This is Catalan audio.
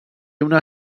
una